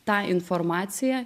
tą informaciją